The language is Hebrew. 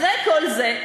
אחרי כל זה,